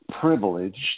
privileged